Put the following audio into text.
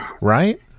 right